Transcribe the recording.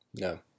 no